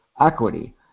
equity